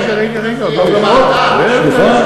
רגע, רגע,